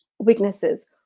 Weaknesses